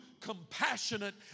compassionate